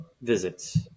visits